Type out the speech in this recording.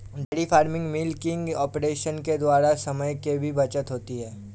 dairy farming milking operation के द्वारा समय की भी बचत होती है